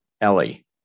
Ellie